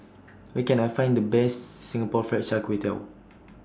Where Can I Find The Best Singapore Fried Kway Tiao